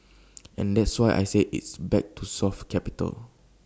and that's why I say it's back to soft capital